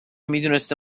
میدونسته